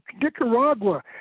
Nicaragua